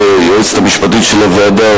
ליועצת המשפטית של הוועדה,